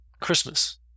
Christmas